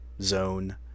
zone